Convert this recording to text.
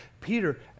Peter